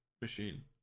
machine